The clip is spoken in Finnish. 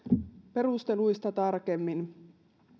perusteluista tarkemmin